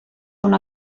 una